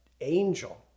angel